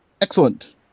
Excellent